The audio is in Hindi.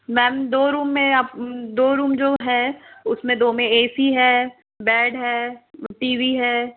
मैम दो रूम में आप दो रूम जो है उसमें दो में ए सी है बैड है टी वी है